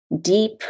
deep